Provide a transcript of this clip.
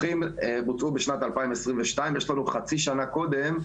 בוצעו בשנת 2022 ויש לנו חצי שנה קודם,